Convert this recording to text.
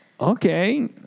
okay